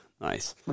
Nice